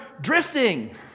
drifting